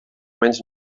menys